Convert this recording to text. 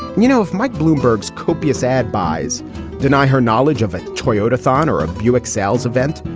you know, if mike bloomberg's copious ad buys deny her knowledge of a toyota thorn or a buick sales event,